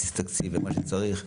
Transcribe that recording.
בסיס תקציב ומה שצריך.